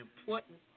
important